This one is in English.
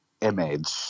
image